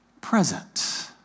present